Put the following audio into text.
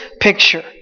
picture